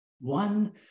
One